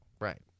right